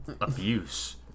abuse